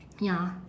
ya